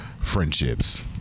friendships